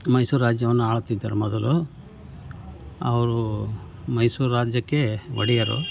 ಮೈಸೂರು ರಾಜ್ಯವನ್ನು ಆಳುತ್ತಿದ್ದರು ಮೊದಲು ಅವರು ಮೈಸೂರು ರಾಜ್ಯಕ್ಕೆ ಒಡೆಯರು